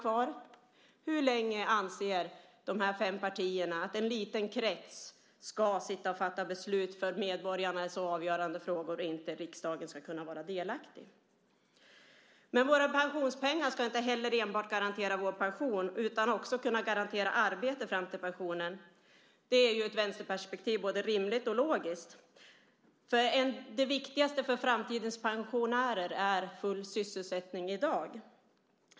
Jag undrar också hur länge de fem partierna anser att en liten krets ska sitta och fatta beslut i för medborgarna så avgörande frågor utan att riksdagen ska kunna vara delaktig. Våra pensionspengar ska inte heller enbart garantera vår pension, utan de ska också kunna garantera arbete fram till pensionen. Det är i ett vänsterperspektiv både rimligt och logiskt. Det viktigaste för framtidens pensionärer är full sysselsättning i dag.